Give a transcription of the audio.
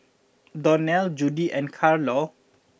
Donnell Judi and Carlo